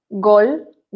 gol